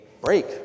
break